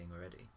already